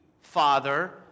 Father